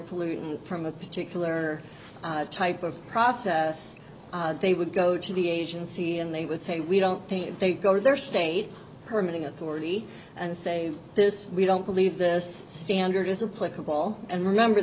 pollutant from a particular type of process they would go to the agency and they would say we don't think they'd go to their state permitting authority and say this we don't believe this standard is a political and remember